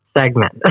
segment